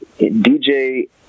DJ